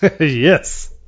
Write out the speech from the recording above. Yes